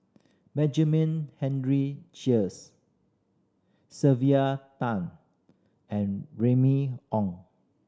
Benjamin Henry Sheares Sylvia Tan and Remy Ong